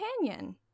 companion